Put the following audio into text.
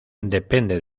depende